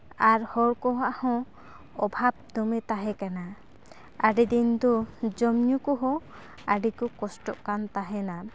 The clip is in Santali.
ᱟᱨ ᱦᱚᱲ ᱠᱚᱣᱟᱜ ᱦᱚᱸ ᱚᱵᱷᱟᱵ ᱫᱚᱢᱮ ᱛᱟᱦᱮᱸᱠᱟᱱᱟ ᱟᱹᱰᱤ ᱫᱤᱱ ᱫᱚ ᱡᱚᱢ ᱧᱩ ᱠᱚᱦᱚᱸ ᱟᱹᱰᱤ ᱠᱚ ᱠᱚᱥᱴᱚᱜ ᱠᱟᱱ ᱛᱟᱦᱮᱱᱟ